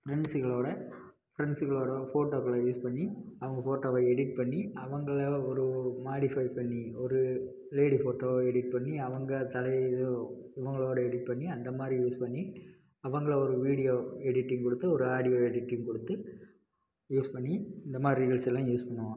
ஃப்ரெண்ட்ஸுங்களோடு ஃப்ரெண்ட்ஸுகளோடு போட்டோக்களை யூஸ் பண்ணி அவங்க போட்டோவை எடிட் பண்ணி அவங்களை ஒரு மாடிஃபை பண்ணி ஒரு லேடி போட்டோ எடிட் பண்ணி அவங்க தலையை இவங்க இவங்களோடு எடிட் பண்ணி அந்த மாதிரி யூஸ் பண்ணி அவங்களை ஒரு வீடியோ எடிட்டிங் கொடுத்து ஒரு ஆடியோ எடிட்டிங் கொடுத்து யூஸ் பண்ணி இந்த மாதிரி ரீல்ஸுலாம் யூஸ் பண்ணுவோம்